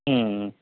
ம் ம்